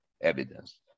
evidence